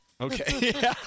Okay